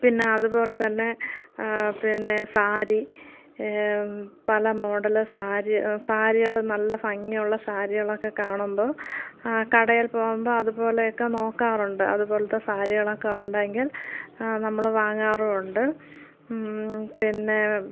പിന്നെ അതുപോലെതന്നെ പിന്നെ സാരി പല മോഡലെ സാരി സാരികൾ നല്ല ഭംഗിയുള്ള സാരികളൊക്കെ കാണുമ്പോൾ ആ കടയില് പോകുമ്പോൾ അതുപോലെയൊക്കെ നോക്കാറുണ്ട് അതുപോലത്തെ സരികളൊക്കെ ഉണ്ടെങ്കില് നമ്മൾ വാങ്ങാറുമുണ്ട് പിന്നെ